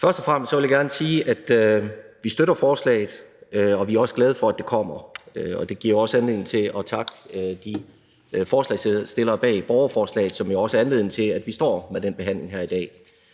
Først og fremmest vil jeg gerne sige, at vi støtter lovforslaget, og vi er også glade for, at det kommer, og det giver også anledning til at takke de forslagsstillere bag borgerforslaget, som jo også er anledningen til, at vi står med den behandling her i dag.